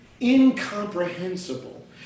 incomprehensible